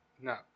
No